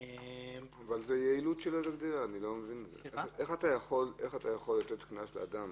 איך אתה יכול לתת קנס לאדם